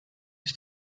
ist